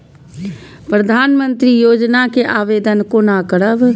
प्रधानमंत्री योजना के आवेदन कोना करब?